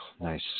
nice